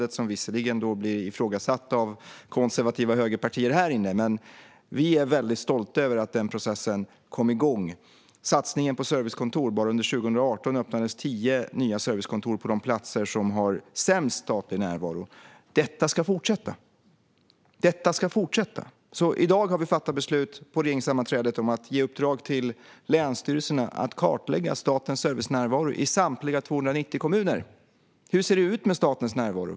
Detta blev visserligen ifrågasatt av konservativa högerpartier här inne, men vi är mycket stolta över att denna process kom igång. När det gäller satsningen på servicekontor öppnades bara under 2018 tio nya servicekontor på de platser som har sämst statlig närvaro. Detta ska fortsätta. I dag har vi på regeringssammanträdet fattat beslut om att ge uppdrag till länsstyrelserna att kartlägga statens servicenärvaro i samtliga 290 kommuner. Hur ser det ut med statens närvaro?